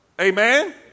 Amen